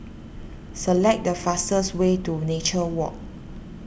select the fastest way to Nature Walk